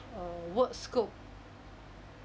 err workscope